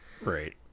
Right